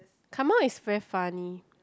Kamal is very funny